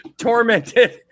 tormented